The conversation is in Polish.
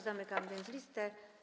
Zamykam więc listę.